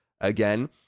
again